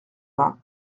vingts